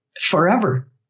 forever